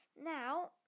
Now